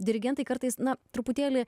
dirigentai kartais na truputėlį